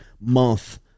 month